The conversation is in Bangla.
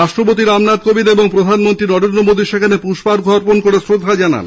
রাষ্ট্রপতি রামনাথ কোবিন্দ এবং প্রধানমন্ত্রী নরেন্দ্র মোদী সেখানে পুষ্পার্ঘ্য অর্পণ করে শ্রদ্ধা জানান